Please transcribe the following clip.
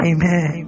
Amen